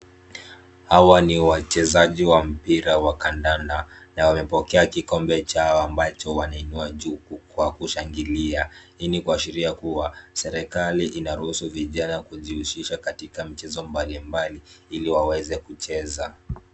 Hawa ni wachezaji wa mpira wa kandanda na wamepokeaa kikombe chao ambacho wanainua juu kwa kushangilia. Hili ni kuashiria kuwa serikali inaruhusu vijana kujihusisha katika mchezo mbalimbali ili waweze kucheza.